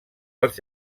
els